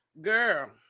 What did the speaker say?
Girl